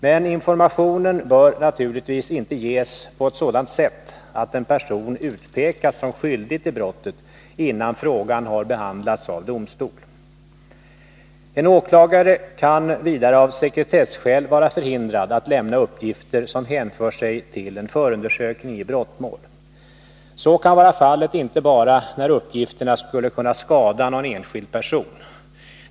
Men informationen bör naturligtvis inte ges på ett sådant sätt att en person utpekas som skyldig till brottet innan frågan har behandlats av domstol. En åklagare kan vidare av sekretesskäl vara förhindrad att lämna uppgifter som hänför sig till en förundersökning i brottmål. Så kan vara fallet inte bara när uppgifterna skulle kunna skada någon enskild person.